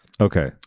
Okay